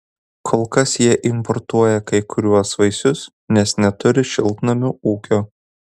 kol kas jie importuoja kai kuriuos vaisius nes neturi šiltnamių ūkio